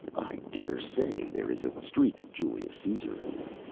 i dare say there is a streak of julius caesar in me,